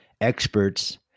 experts